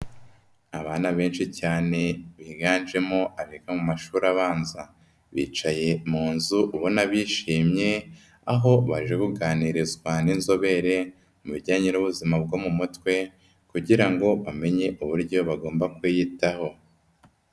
Abana benshi cyane biganjemo abiga mu mashuri abanza, bicaye mu nzu ubona bishimye, aho baje buganirizwa n'inzobere mu bijyanye n'ubuzima bwo mu mutwe kugira ngo bamenye uburyo bagomba kwiyitaho.